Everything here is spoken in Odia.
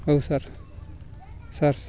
ହଉ ସାର୍ ସାର୍